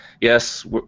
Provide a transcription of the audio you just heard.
Yes